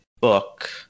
book